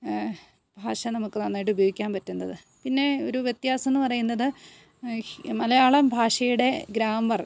ഭാഷ നമുക്ക് നന്നായിട്ട് ഉപയോഗിക്കാൻ പറ്റുന്നത് പിന്നെ ഒരു വ്യത്യാസം എന്നു പറയുന്നത് മലയാളം ഭാഷയുടെ ഗ്രാമർ